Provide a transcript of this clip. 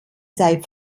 sei